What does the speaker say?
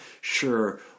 sure